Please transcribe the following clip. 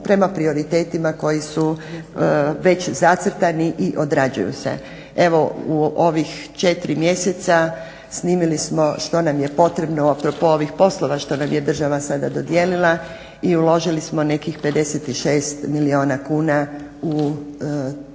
prema prioritetima koji su već zacrtani i odrađuju se. Evo u ovih 4 mjeseca snimili smo što nam je potrebno a propos ovih poslova što nam je država sada dodijelila i uložili smo nekih 56 milijuna kuna u opremu